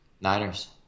Niners